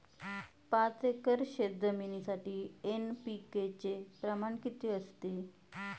पाच एकर शेतजमिनीसाठी एन.पी.के चे प्रमाण किती असते?